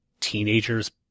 teenagers